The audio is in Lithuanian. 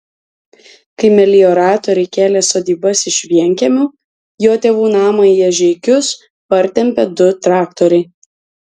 kai melioratoriai kėlė sodybas iš vienkiemių jo tėvų namą į ežeikius partempė du traktoriai